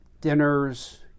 dinners